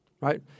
Right